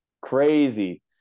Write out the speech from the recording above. crazy